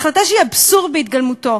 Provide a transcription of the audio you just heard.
החלטה שהיא אבסורד בהתגלמותו.